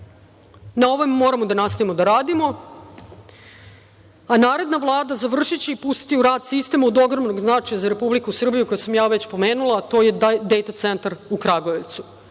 Na ovome moramo da nastavimo da radimo, a naredna Vlada završiće i pustiti u rad sistem od ogromnog značaja za Republiku Srbiju koju sam već pomenula, a to je Data centar u Kragujevcu. Mi